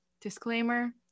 Disclaimer